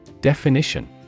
Definition